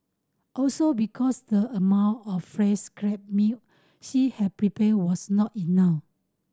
also because the amount of fresh crab meat she had prepared was not enough